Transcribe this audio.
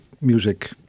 music